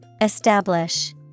Establish